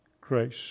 grace